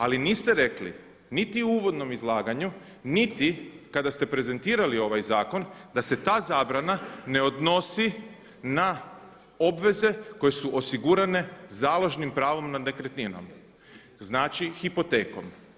Ali niste rekli niti u uvodnom izlaganju niti kada ste prezentirali ovaj zakon da se ta zabrana ne odnosi na obveze koje su osigurane založnim pravom nad nekretninom, znači hipotekom.